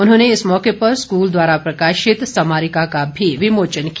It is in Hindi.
उन्होंने इस मौके पर स्कूल द्वारा प्रकाशित स्मारिका का भी विमोचन किया